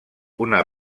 una